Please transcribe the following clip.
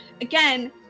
again